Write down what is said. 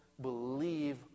believe